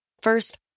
First